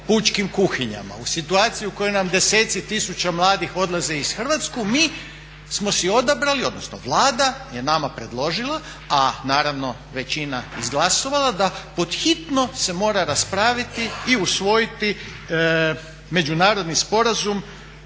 u situaciji u kojoj nam deseci tisuća mladih odlaze iz Hrvatske, mi smo si odabrali odnosno Vlada je nama predložila, a naravno većina izglasala da pod hitno se mora raspraviti i usvojiti međunarodni sporazum